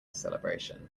celebration